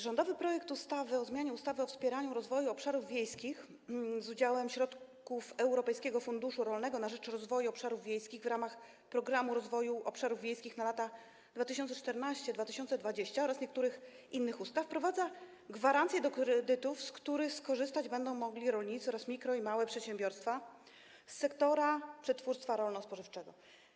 Rządowy projekt ustawy o zmianie ustawy o wspieraniu rozwoju obszarów wiejskich z udziałem środków Europejskiego Funduszu Rolnego na Rzecz Rozwoju Obszarów Wiejskich w ramach Programu Rozwoju Obszarów Wiejskich na lata 2014–2020 oraz niektórych innych ustaw wprowadza gwarancje do kredytów, z których skorzystać będą mogli rolnicy oraz mikro- i małe przedsiębiorstwa z sektora przetwórstwa rolno-spożywczego.